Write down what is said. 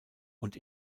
und